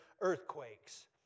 earthquakes